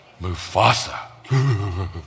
Mufasa